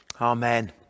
Amen